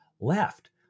left